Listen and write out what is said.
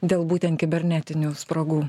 dėl būtent kibernetinių spragų